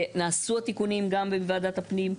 ונעשו התיקונים גם בוועדת הפנים,